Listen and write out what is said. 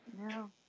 no